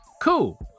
Cool